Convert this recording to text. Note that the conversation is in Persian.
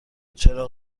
چراغ